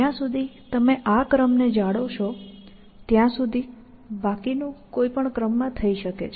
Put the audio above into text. જ્યાં સુધી તમે આ ક્રમ ને જાળવશો ત્યાં સુધી બાકીનું કોઈપણ ક્રમમાં થઈ શકે છે